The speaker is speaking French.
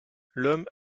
l’homme